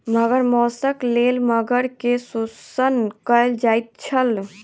मगर मौसक लेल मगर के शोषण कयल जाइत छल